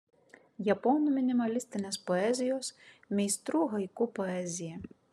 japonų minimalistinės poezijos meistrų haiku poezija